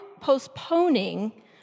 postponing